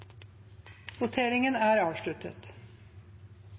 voteringen. Da er